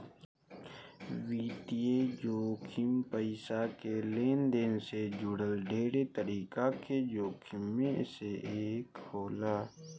वित्तीय जोखिम पईसा के लेनदेन से जुड़ल ढेरे तरीका के जोखिम में से एक होला